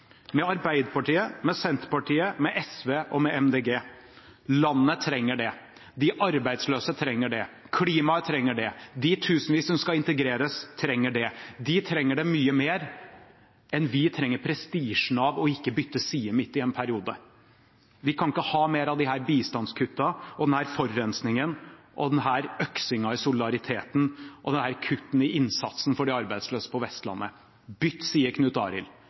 med oss neste år – med Arbeiderpartiet, med Senterpartiet, med SV og med Miljøpartiet De Grønne. Landet trenger det. De arbeidsløse trenger det. Klimaet trenger det. De tusenvis som skal integreres, trenger det. De trenger det mye mer enn vi trenger prestisjen av ikke å bytte side midt i en periode. Vi kan ikke ha mer av disse bistandskuttene, denne forurensningen, denne øksingen i solidariteten og disse kuttene i innsatsen for de arbeidsløse på Vestlandet. Bytt side, Knut